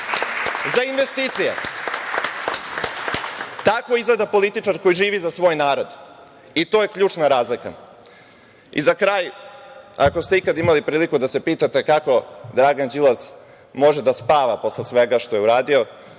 za investicije. Tako izgleda političar koji živi za svoj narod. To je ključna razlika.Za kraj, ako ste ikad imali priliku da se pitate kako Dragan Đilas može da spava posle svega što je uradio,